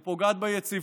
היא פוגעת ביציבות.